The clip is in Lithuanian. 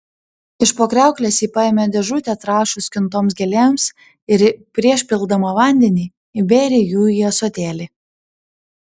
iš po kriauklės ji paėmė dėžutę trąšų skintoms gėlėms ir prieš pildama vandenį įbėrė jų į ąsotėlį